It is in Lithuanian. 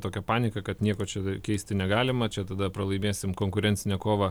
tokią paniką kad nieko čia keisti negalima čia tada pralaimėsim konkurencinę kovą